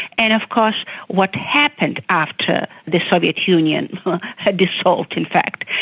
and of course what happened after the soviet union had dissolved in fact,